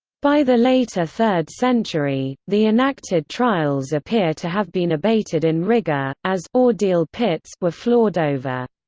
by the later third century, the enacted trials appear to have been abated in rigor, as ordeal pits were floored over.